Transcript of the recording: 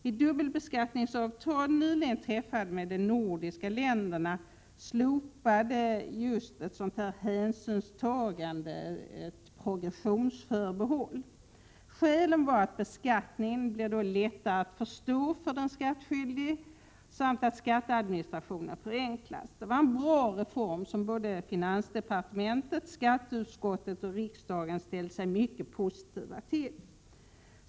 I dubbelbeskattningsavtal som nyligen träffades med de nordiska länderna slopades ett sådant hänsynstagande — ett progressionsförbehåll. Skälen var att beskattningen blir lättare att förstå för de skattskyldiga samt att skatteadministrationen förenklas. Det var en bra reform som såväl finansdepartementet och skatteutskottet som riksdagen ställde sig mycket positiva till.